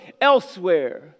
elsewhere